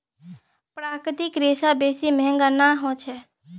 प्राकृतिक रेशा बेसी महंगा नइ ह छेक